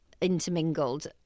intermingled